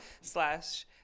slash